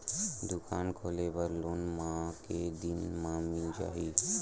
दुकान खोले बर लोन मा के दिन मा मिल जाही?